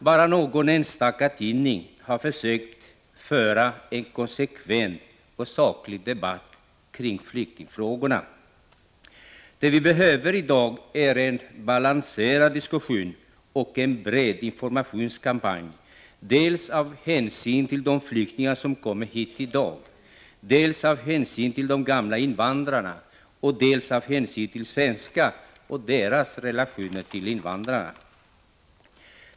Bara någon enstaka tidning har försökt föra en konsekvent och saklig debatt kring flyktingfrågorna. Det vi behöver i dag är en balanserad diskussion och en bred informationskampanj dels av hänsyn till de flyktingar som kommer hit i dag, dels av hänsyn till de invandrare som finns här sedan tidigare, dels av hänsyn till svenskarna och deras relationer till invandrarna.